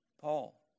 Paul